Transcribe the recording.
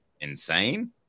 insane